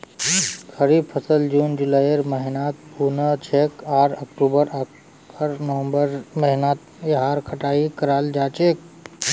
खरीफ फसल जून जुलाइर महीनात बु न छेक आर अक्टूबर आकर नवंबरेर महीनात यहार कटाई कराल जा छेक